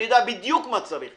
אני יודע בדיוק מה צריך,